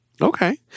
Okay